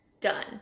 done